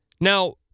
Now